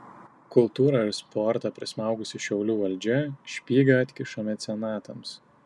kultūrą ir sportą prismaugusi šiaulių valdžia špygą atkiša mecenatams